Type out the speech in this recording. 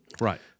Right